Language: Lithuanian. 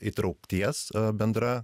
įtraukties bendra